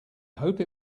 hope